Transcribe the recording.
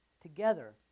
Together